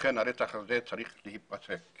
לכן הרצח הזה צריך להיפסק.